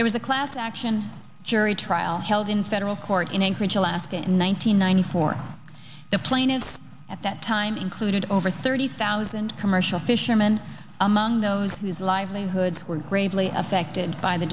there was a class action jury trial held in federal court in anchorage alaska in one nine hundred ninety four the plaintiffs at that time included over thirty thousand commercial fisherman among those whose livelihoods were gravely affected by the